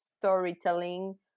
storytelling